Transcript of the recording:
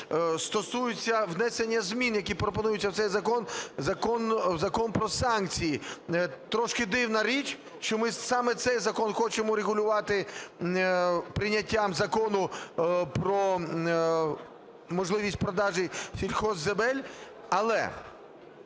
стосуються внесення змін, які пропонуються в цей закон, в закон про санкції. Трошки дивна річ, що ми саме цей закон хочемо регулювати прийняттям закону про можливість продажу сільгоспземель. Але